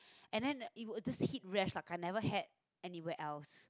and then it was just heat rash I never had anywhere else